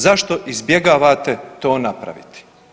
Zašto izbjegavate to napraviti?